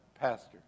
pastor